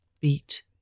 beat